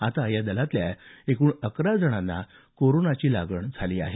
आता या दलातल्या एकूण अकरा जणांना कोरोनाची लागण झाली आहे